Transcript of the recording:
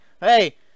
Hey